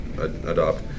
adopt